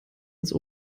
ins